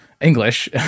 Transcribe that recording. English